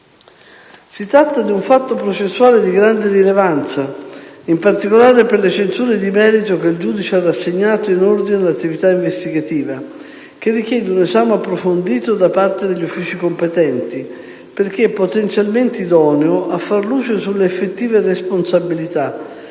Si tratta di un fatto processuale di grande rilevanza - in particolare per le censure di merito che il giudice ha rassegnato in ordine all'attività investigativa - che richiede un esame approfondito da parte degli uffici competenti perché potenzialmente idoneo a far luce sulle effettive responsabilità